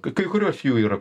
kai kurios jų yra